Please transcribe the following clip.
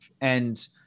and-